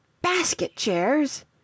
Basket-chairs